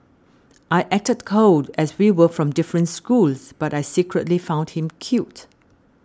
I acted cold as we were from different schools but I secretly found him cute